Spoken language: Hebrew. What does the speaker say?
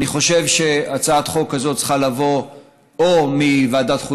אני חושב שהצעת חוק כזאת צריכה לבוא או מוועדת חוץ